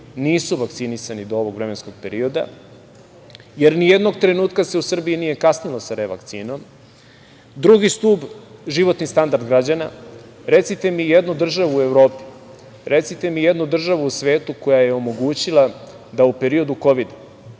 nisu vakcinisani do ovog vremenskog perioda, jer ni jednog trenutka se u Srbiji nije kasnilo sa revakcinom. Drugi stub – životni standard građana. Recite mi jednu državu u Evropi, recite mi jednu državu u svetu koja je omogućila da u periodu kovida,